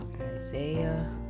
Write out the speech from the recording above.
Isaiah